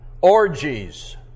orgies